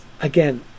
Again